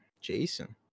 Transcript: Jason